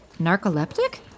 Narcoleptic